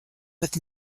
with